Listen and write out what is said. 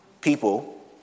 People